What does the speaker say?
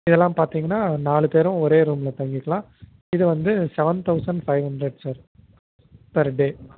இதெல்லாம் பார்த்திங்கனா நாலு பேரும் ஒரே ரூம்ல தங்கிக்கலாம் இது வந்து seven thousand five hundred sir per டே